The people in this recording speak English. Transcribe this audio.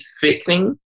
fixing